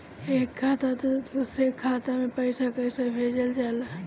एक खाता से दूसर खाता मे पैसा कईसे जाला?